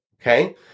okay